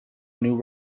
new